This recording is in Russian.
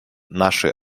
наши